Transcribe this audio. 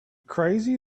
crazy